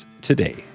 today